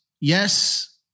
yes